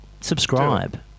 subscribe